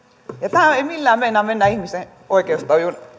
tämä ei millään meinaa mennä ihmisten oikeustajuun